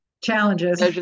Challenges